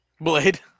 Blade